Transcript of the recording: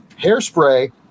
Hairspray